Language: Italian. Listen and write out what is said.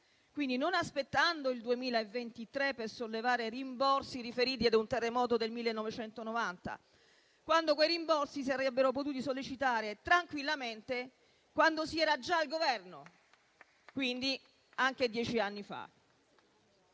quindi non aspettando il 2023 per sollecitare rimborsi riferiti ad un terremoto del 1990, quando quei rimborsi li si sarebbe potuti sollecitare tranquillamente quando si era già al Governo, quindi anche dieci anni fa.